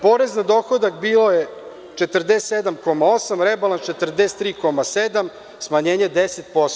Porez na dohodak bio je 47,8 a rebalans 43,7, smanjenje 10%